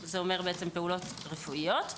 - זה אומר פעולות רפואיות,